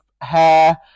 hair